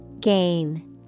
Gain